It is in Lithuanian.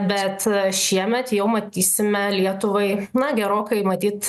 bet šiemet jau matysime lietuvai na gerokai matyt